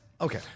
Okay